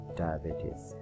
diabetes